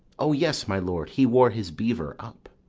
o, yes, my lord he wore his beaver up.